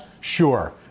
Sure